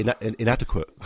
inadequate